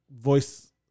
Voice